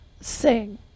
sing